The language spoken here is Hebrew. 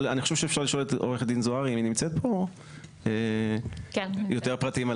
אני חושב שאפשר לשאול את עורכת הדין זוהרי ולקבל ממנה יותר פרטים.